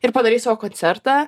ir padarei savo koncertą